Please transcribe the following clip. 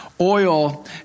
oil